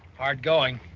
hard going,